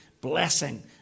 blessing